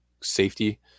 safety